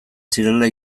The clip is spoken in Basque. zirela